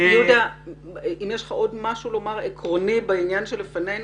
יהודה אם יש לך עוד משהו עקרוני לומר בבקשה.